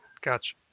Gotcha